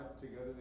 together